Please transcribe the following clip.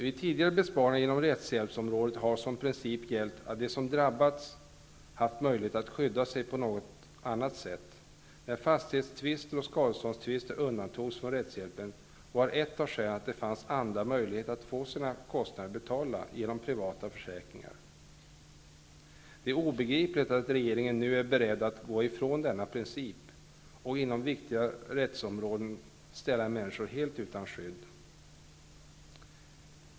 Vid tidigare besparingar inom rättshjälpsområdet har som princip gällt att de som drabbats haft möjlighet att skydda sig på något annat sätt. När fastighetstvister och skadeståndstvister undantogs från rättshjälpen var ett av skälen att det fanns andra möjligheter att få sina kostnader betalda genom privata försäkringar. Det är obegripligt att regeringen nu är beredd att gå ifrån denna princip och inom viktiga rättsområden ställa människor helt utan skydd.